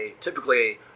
typically